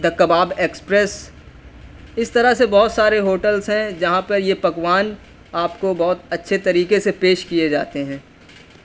دا Kebab Express اس طرح سے بہت سارے ہوٹلس ہیں جہاں پہ یہ پکوان آپ کو بہت اچھے طریقے سے پیش کیے جاتے ہیں